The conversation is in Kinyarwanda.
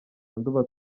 nduba